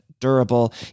durable